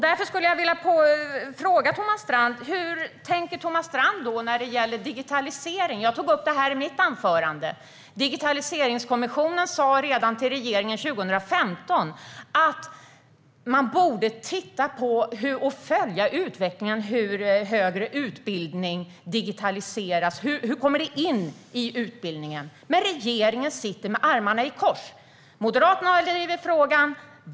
Jag skulle därför vilja fråga: Hur tänker Thomas Strand när det gäller digitalisering? Jag tog i mitt anförande upp att Digitaliseringskommissionen redan 2015 sa till regeringen att man borde titta på och följa utvecklingen för hur högre utbildning digitaliseras. Hur kommer det in i utbildningen? Regeringen sitter med armarna i kors. Moderaterna driver frågan.